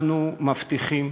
אנחנו מבטיחים